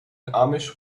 amish